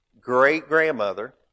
great-grandmother